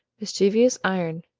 mischievous iron,